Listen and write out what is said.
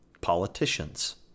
politicians